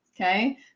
okay